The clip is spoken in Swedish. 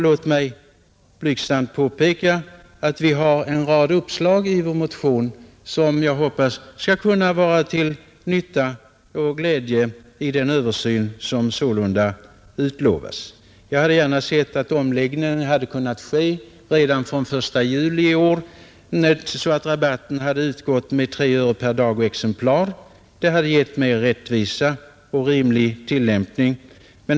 Låt mig blygsamt påpeka att vi har en rad uppslag i motionen, som jag hoppas skall kunna vara till nytta och glädje vid den översyn som sålunda utlovats. Jag hade gärna sett att omläggningen kunnat ske redan från den första juli, så att rabatten hade utgått med 3 öre per dag och exemplar. Det hade givit större rättvisa och rimlig tillämpning.